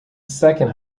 second